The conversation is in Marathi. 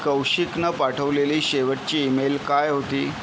कौशिकनं पाठवलेली शेवटची ईमेल काय होती